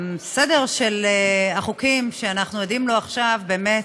הסדר של החוקים שאנחנו עדים לו עכשיו באמת,